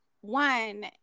one